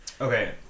Okay